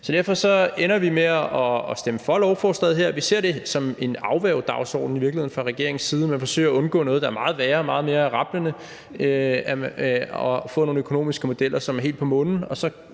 Derfor ender vi med at stemme for lovforslaget her. Vi ser det i virkeligheden som en afværgedagsorden fra regeringens side. Man forsøger at undgå noget, der er meget værre, meget mere rablende, og at få nogle økonomiske modeller, som er helt på månen,